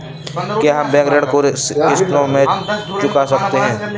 क्या हम बैंक ऋण को किश्तों में चुका सकते हैं?